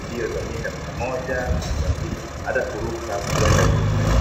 mbio za mita mia moja, kuna mia mbili na hata kuruka kuenda juu.